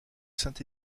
saint